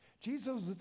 Jesus